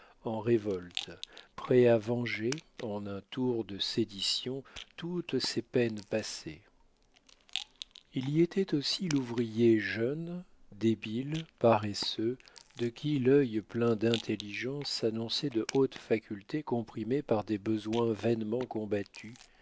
en révolte prêt à venger en un jour de sédition toutes ses peines passées il y était aussi l'ouvrier jeune débile paresseux de qui l'œil plein d'intelligence annonçait de hautes facultés comprimées par des besoins vainement combattus